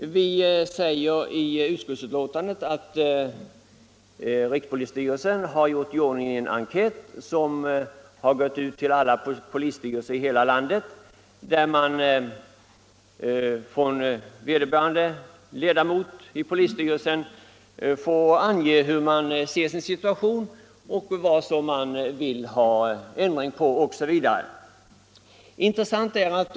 Vi säger i utskottsbetänkandet att rikspolisstyrelsen har utarbetat en enkät, som gått ut till alla polisstyrelser i hela landet. Ledamöterna i polisstyrelsen får ange hur de ser sin situation och vad de vill ha ändring på, osv.